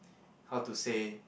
how to say